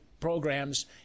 programs